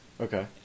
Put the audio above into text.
Okay